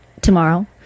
tomorrow